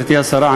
גברתי השרה,